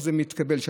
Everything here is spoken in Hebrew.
איך זה מתקבל שם?